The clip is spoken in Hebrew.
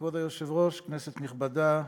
כבוד היושב-ראש, כנסת נכבדה,